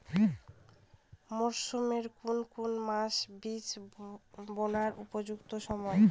মরসুমের কোন কোন মাস বীজ বোনার উপযুক্ত সময়?